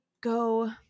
go